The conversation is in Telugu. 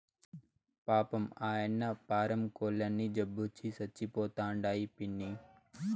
పాపం, ఆయన్న పారం కోల్లన్నీ జబ్బొచ్చి సచ్చిపోతండాయి పిన్నీ